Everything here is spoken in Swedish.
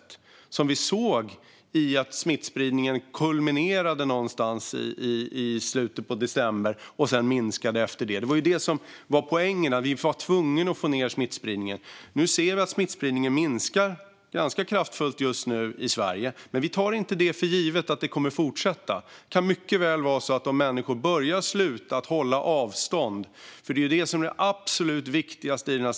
Detta såg vi i och med att smittspridningen kulminerade någonstans i slutet på december och därefter minskade. Det var det här som var poängen; vi var tvungna att få ned smittspridningen. Just nu ser vi att smittspridningen minskar ganska kraftfullt i Sverige, men vi tar inte för givet att det kommer att fortsätta. Detta kan mycket väl ändras om människor slutar med att hålla avstånd, för det är det som är det absolut viktigaste i strategin.